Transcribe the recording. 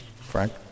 Frank